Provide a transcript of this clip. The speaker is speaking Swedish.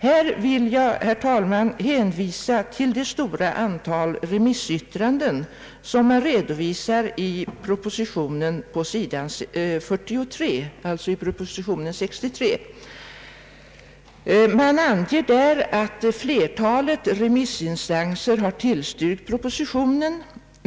Här vill jag, herr talman, hänvisa till det stora antal remissyttranden som i propositionen nr 63 redovisas på s. 49. Där anges att flertalet remissinstanser har tillstyrkt propositionen.